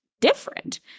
different